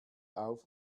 auf